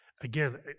Again